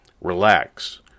Relax